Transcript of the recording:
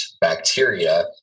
bacteria